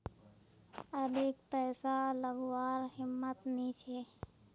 अधिक पैसा लागवार हिम्मत नी छे